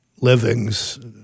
livings